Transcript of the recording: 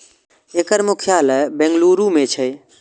एकर मुख्यालय बेंगलुरू मे छै